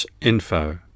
info